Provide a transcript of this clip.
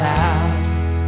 house